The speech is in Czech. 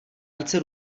více